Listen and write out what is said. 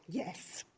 yes!